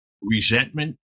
resentment